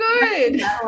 good